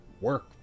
work